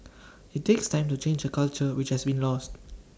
IT takes time to change A culture which has been lost